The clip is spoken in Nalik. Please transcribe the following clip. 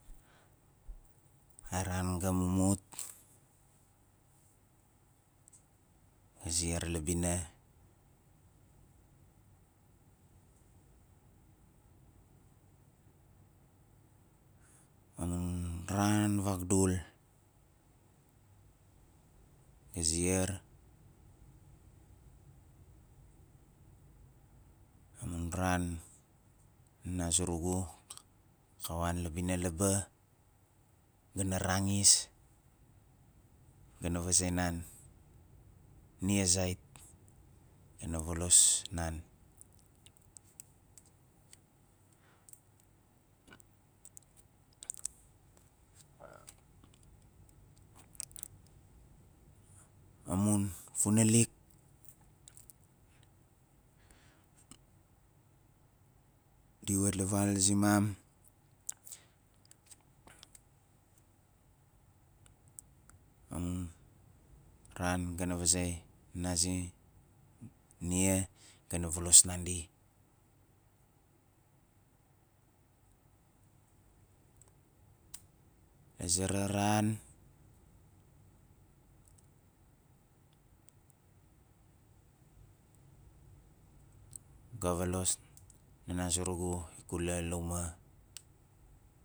A ran ga mumut ga ziar la bina amunan ran vagdul ga ziar amun ran nana zurugu ka wan la bina laaba ga na rangis ga na vaze nan 'nia zait ga na volas nan amun funalk di wat to val zmam amun can gana vaze nazi nia ga na valos nandi a zeraron ga volos nana zurugu ikula la uma